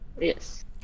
Yes